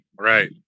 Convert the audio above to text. Right